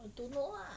I don't know lah